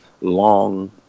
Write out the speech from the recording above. long